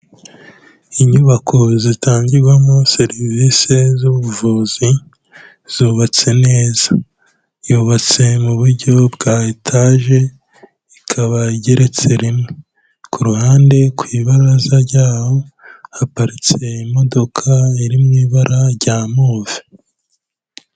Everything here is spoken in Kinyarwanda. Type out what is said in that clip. Inyubako zitangirwamo serivise z'ubuvuzi zubatse neza, yubatse mu buryo bwa etage ikaba igereretse rimwe, ku ruhande ku ibaraza ryaho haparitse imodoka iri mu ibara rya move.